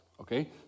okay